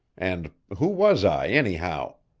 and who was i, anyhow?